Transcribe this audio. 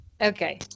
Okay